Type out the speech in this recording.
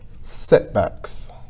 setbacks